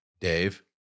Dave